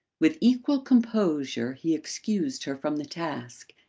with equal composure he excused her from the task,